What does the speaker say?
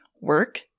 work